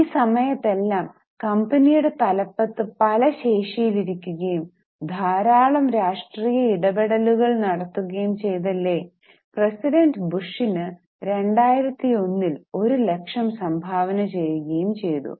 ഈ സമയത്തെല്ലാംകമ്പനിയുടെ തലപ്പത്തു പല ശേഷിയിൽ ഇരിക്കുകയും ധാരാളം രാഷ്ട്രീയ ഇടപെടലുകൾ നടത്തുകയും ചെയ്ത ലെ പ്രസിഡന്റ് ബുഷിന് 2001 ൽ ഒരു ലക്ഷം സംഭാവന ചെയ്യുകയും ചെയ്തു